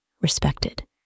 respected